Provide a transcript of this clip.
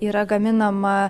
yra gaminama